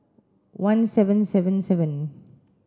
one seven seven seven